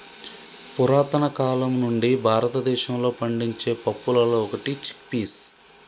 పురతన కాలం నుండి భారతదేశంలో పండించే పప్పులలో ఒకటి చిక్ పీస్